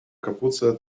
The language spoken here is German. kapuze